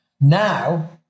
Now